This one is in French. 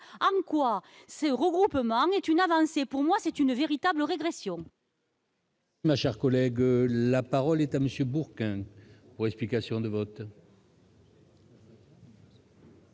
en quoi ce regroupement est une avancée. Pour moi, c'est une véritable régression